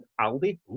Aldi